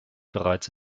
bereits